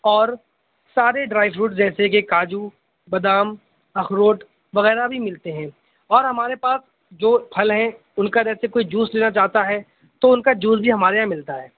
اور سارے dry fruit جیسے کہ کاجو بدام اخروٹ وغیرہ بھی ملتے ہیں اور ہمارے پاس جو پھل ہیں ان کا جیسے کوئی جوس لینا چاہتا ہے تو ان کا جوس بھی ہمارے یہاں ملتا ہے